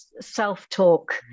self-talk